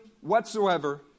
whatsoever